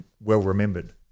well-remembered